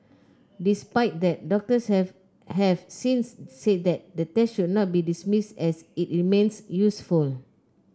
despite that doctors have have since said that the test should not be dismissed as it remains useful